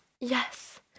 Yes